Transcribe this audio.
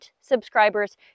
subscribers